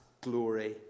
glory